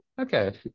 okay